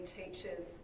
teachers